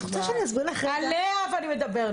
רוצה שאני אסביר לך רגע --- עליה אני מדברת,